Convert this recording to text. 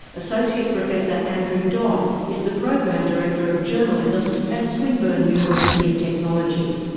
associate professor andrew dodd is the program director of journalism at swinburne university of technology.